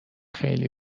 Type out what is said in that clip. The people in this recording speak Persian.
خیلی